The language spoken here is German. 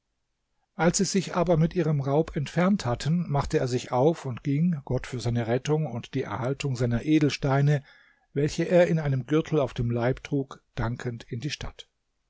als sie sich aber mit ihrem raub entfernt hatten machte er sich auf und ging gott für seine rettung und die erhaltung seiner edelsteine welche er in einem gürtel auf dem leib trug dankend in die stadt